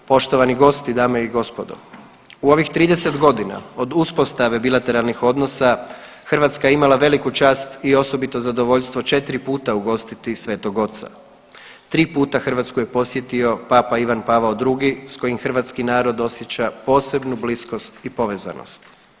Poštovani gosti, dame i gospodo, u ovih 30 godina od uspostave bilateralnih odnosa Hrvatska je imala veliku čast i osobito zadovoljstvo četiri puta ugostiti Svetog Oca, tri puta Hrvatsku je posjetio Papa Ivan Pavao II s kojim hrvatski narod osjeća posebnu bliskost i povezanost.